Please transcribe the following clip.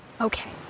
Okay